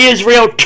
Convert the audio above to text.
Israel